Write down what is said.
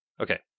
Okay